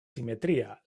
simetria